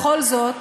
בכל זאת,